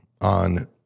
on